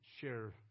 share